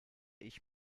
ich